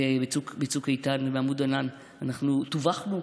בצוק איתן ובעמוד ענן אנחנו טווחנו,